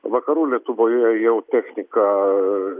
vakarų lietuvoje jau technika